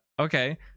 Okay